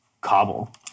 cobble